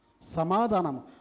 Samadhanam